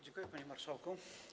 Dziękuję, panie marszałku.